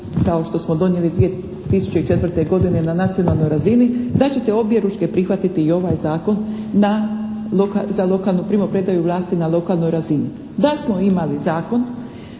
kao što smo donijeli 2004. godine na nacionalnoj razini, da ćete objeručke prihvatiti i ovaj zakon na, za lokalnu, primopredaju vlasti na lokalnoj razini. Da smo imali zakon